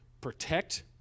protect